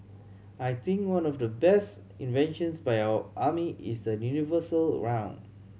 I think one of the best inventions by our army is the universal round